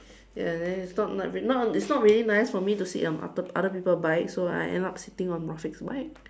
ya then it's not not not it's not really nice of me to sit on other other people's bike so I end up sitting on Afiq's bike